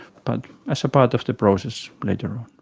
but as a part of the process later on.